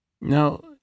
Now